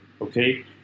okay